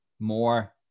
more